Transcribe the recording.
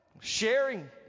sharing